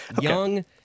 young